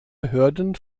behörden